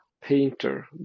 painter